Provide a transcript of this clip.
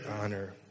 honor